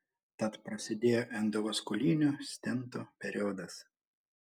tad prasidėjo endovaskulinių stentų periodas